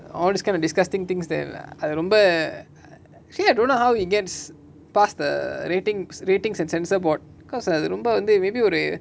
all those kind of disgusting things them lah அது ரொம்ப:athu romba hear I don't know how it gets passed the ratings ratings and censor board because அது ரொம்ப வந்து:athu romba vanthu maybe ஒரு:oru